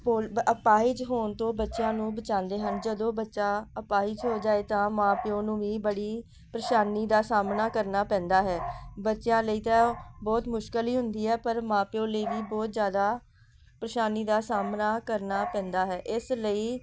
ਪੋਲ ਅਪਾਹਿਜ ਹੋਣ ਤੋਂ ਬੱਚਿਆਂ ਨੂੰ ਬਚਾਉਂਦੇ ਹਨ ਜਦੋਂ ਬੱਚਾ ਅਪਾਹਿਜ ਹੋ ਜਾਵੇ ਤਾਂ ਮਾਂ ਪਿਓ ਨੂੰ ਵੀ ਬੜੀ ਪਰੇਸ਼ਾਨੀ ਦਾ ਸਾਹਮਣਾ ਕਰਨਾ ਪੈਂਦਾ ਹੈ ਬੱਚਿਆਂ ਲਈ ਤਾਂ ਬਹੁਤ ਮੁਸ਼ਕਲ ਹੀ ਹੁੰਦੀ ਆ ਪਰ ਮਾਂ ਪਿਓ ਲਈ ਵੀ ਬਹੁਤ ਜ਼ਿਆਦਾ ਪਰੇਸ਼ਾਨੀ ਦਾ ਸਾਹਮਣਾ ਕਰਨਾ ਪੈਂਦਾ ਹੈ ਇਸ ਲਈ